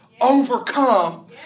overcome